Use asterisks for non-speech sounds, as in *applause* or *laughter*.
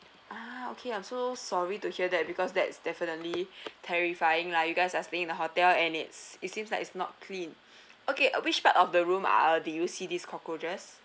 ah okay I'm so sorry to hear that because that is definitely *breath* terrifying lah you guys are staying in the hotel and it's it seems like it's not clean *breath* okay uh which part of the room ah uh did you see this cockroaches